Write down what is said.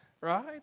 right